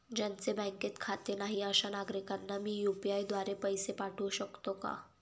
ज्यांचे बँकेत खाते नाही अशा नागरीकांना मी यू.पी.आय द्वारे पैसे पाठवू शकतो का?